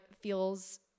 feels